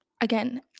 again